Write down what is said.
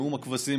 נאום הכבשים,